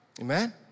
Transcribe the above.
Amen